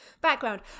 background